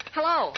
Hello